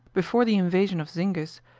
before the invasion of zingis,